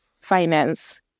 finance